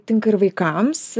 tinka ir vaikams